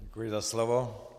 Děkuji za slovo.